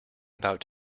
about